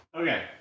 Okay